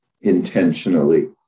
intentionally